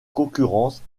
concurrence